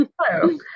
Hello